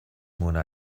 mona